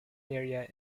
area